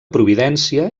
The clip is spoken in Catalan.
providència